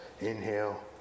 inhale